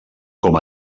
com